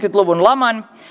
luvun laman